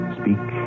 speak